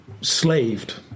slaved